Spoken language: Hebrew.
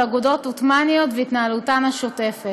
אגודות עות'מאניות והתנהלותן השוטפת.